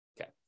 Okay